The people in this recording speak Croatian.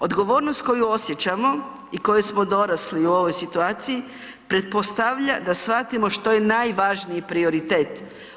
Odgovornost koju osjećamo i koje smo dorasli u ovoj situaciji pretpostavlja da shvatimo što je najvažniji prioritet.